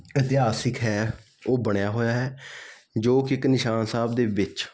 ਇਤਿਹਾਸਿਕ ਹੈ ਉਹ ਬਣਿਆ ਹੋਇਆ ਹੈ ਜੋ ਕਿ ਇੱਕ ਨਿਸ਼ਾਨ ਸਾਹਿਬ ਦੇ ਵਿੱਚ